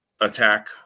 attack